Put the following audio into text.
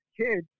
kids